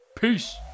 Peace